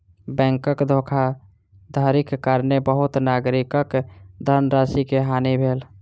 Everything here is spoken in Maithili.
बैंकक धोखाधड़ीक कारणेँ बहुत नागरिकक धनराशि के हानि भेल